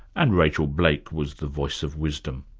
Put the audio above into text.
and rachael blake was the voice of wisdom.